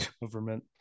government